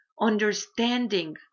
understanding